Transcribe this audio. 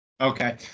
Okay